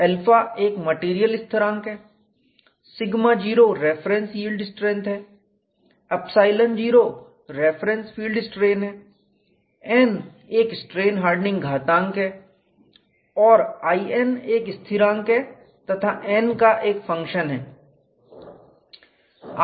alpha एक material स्थिरांक है σ0 रेफरेंस यील्ड स्ट्रैंथ है ϵ0 रेफरेंस फील्ड स्ट्रेन है n एक स्ट्रेन हार्डनिंग घातांक है और ln एक स्थिरांक है तथा n का एक फंक्शन है